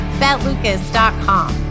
betlucas.com